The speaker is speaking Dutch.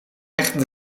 leggen